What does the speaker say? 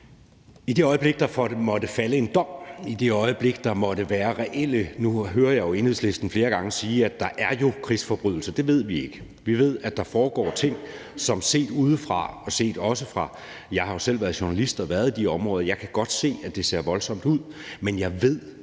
i det øjeblik, hvor der måtte være reelle krigsforbrydelser, vil man kunne handle på anden vis. Nu hører jeg Enhedslisten flere gange sige, at der jo er foregået krigsforbrydelser, men det ved vi ikke. Vi ved, at der foregår ting, som set udefra ser voldsomt ud. Jeg har jo selv været journalist og været i de områder, og jeg kan godt se, at det ser voldsomt ud, men jeg ved